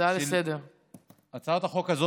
הצעה לסדר-היום.